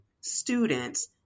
students